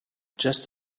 just